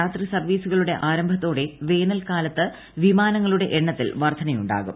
രാത്രി സർവീസുകളുടെ ആരംഭത്തോടെ വേനൽക്കാലത്ത് വിമാനങ്ങളുടെ എണ്ണത്തിൽ വർധനയുണ്ടാകും